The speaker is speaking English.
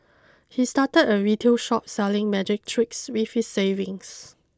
he started a retail shop selling magic tricks with his savings